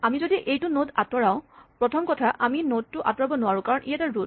আমি যদি এইটো নড আতঁৰাও প্ৰথম কথা আমি নড টো আতঁৰাব নোৱাৰো কাৰণ ই এটা ৰোট